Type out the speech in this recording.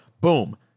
Boom